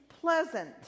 pleasant